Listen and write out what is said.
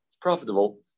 profitable